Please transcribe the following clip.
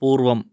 पूर्वम्